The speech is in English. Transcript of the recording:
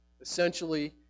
Essentially